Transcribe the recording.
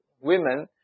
women